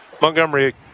Montgomery